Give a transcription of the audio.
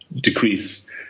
decrease